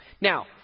Now